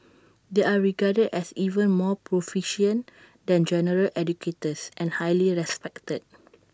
they are regarded as even more proficient than general educators and highly respected